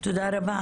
תודה רבה,